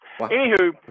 Anywho